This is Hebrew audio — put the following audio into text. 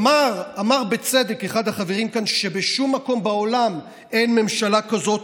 אמר בצדק אחד החברים כאן שבשום מקום בעולם אין ממשלה כזאת,